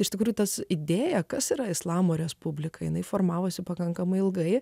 iš tikrųjų tas idėją kas yra islamo respublika jinai formavosi pakankamai ilgai